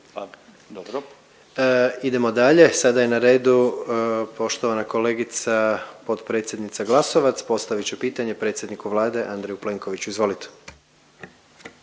(HDZ)** Idemo dalje, sada je na redu poštovana kolegica potpredsjednica Glasovac. Postavit će pitanje predsjedniku Vlade Andreju Plenkoviću. Izvolite.